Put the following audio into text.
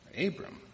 Abram